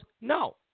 no